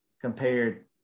compared